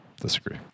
Disagree